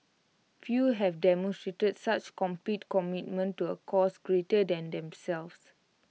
few have demonstrated such complete commitment to A cause greater than themselves